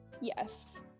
Yes